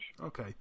Okay